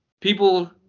People